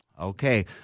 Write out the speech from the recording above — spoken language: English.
Okay